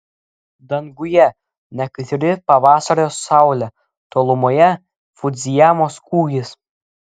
danguje nekaitri pavasario saulė tolumoje fudzijamos kūgis